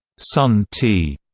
sun tea,